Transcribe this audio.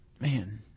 man